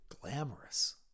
glamorous